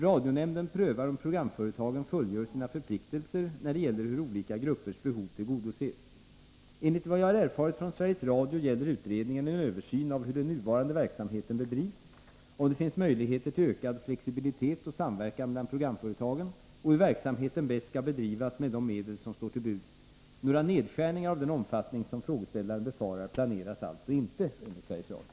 Radionämnden prövar om programföretagen fullgör sina förpliktelser när det gäller hur olika gruppers behov tillgodoses. Enligt vad jag har erfarit från Sveriges Radio gäller utredningen en översyn av hur den nuvarande verksamheten bedrivs, om det finns möjligheter till ökad flexibilitet och samverkan mellan programföretagen och hur verksamheten bäst skall bedrivas med de medel som står till buds. Några nedskärningar av den omfattning som frågeställaren befarar planeras alltså inte enligt Sveriges Radio.